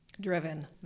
Driven